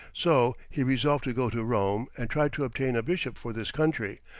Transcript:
so he resolved to go to rome and try to obtain a bishop for this country,